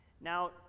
Now